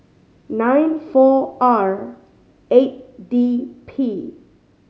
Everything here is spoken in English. nine four R eight D P